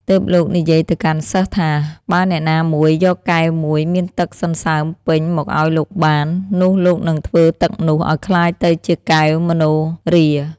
ទើបលោកនិយាយទៅកាន់សិស្សថា បើអ្នកណាមួយយកកែវមួយមានទឹកសន្សើមពេញមកឱ្យលោកបាន នោះលោកនឹងធ្វើទឹកនោះឱ្យក្លាយទៅជាកែវមនោហរា។